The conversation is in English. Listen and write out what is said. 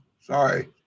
sorry